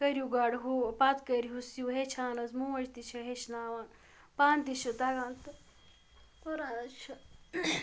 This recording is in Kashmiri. کٔرِو گۄڈٕ ہُہ پَتہٕ کٔرِہوس ہیٚچھان حظ موج تہِ چھِ ہیٚچھناوان پانہٕ تہِ چھُ تَگان تہٕ کوٚرن حظ چھِ